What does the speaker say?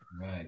Right